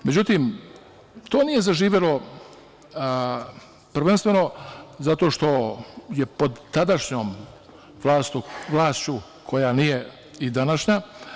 Međutim, to nije zaživelo prvenstveno zato što je pod tadašnjom vlašću, koja nije i današnja.